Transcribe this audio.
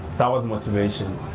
that was motivation,